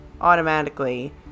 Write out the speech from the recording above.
automatically